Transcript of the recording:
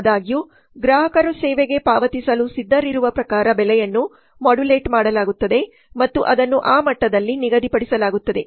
ಆದಾಗ್ಯೂ ಗ್ರಾಹಕರು ಸೇವೆಗೆ ಪಾವತಿಸಲು ಸಿದ್ಧರಿರುವ ಪ್ರಕಾರ ಬೆಲೆಯನ್ನು ಮಾಡ್ಯುಲೇಟ್ ಮಾಡಲಾಗುತ್ತದೆ ಮತ್ತು ಅದನ್ನು ಆ ಮಟ್ಟದಲ್ಲಿ ನಿಗದಿಪಡಿಸಲಾಗುತ್ತದೆ